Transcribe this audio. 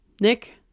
Nick